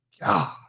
God